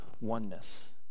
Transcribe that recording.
oneness